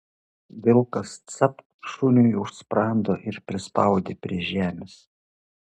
vilkas capt šuniui už sprando ir prispaudė prie žemės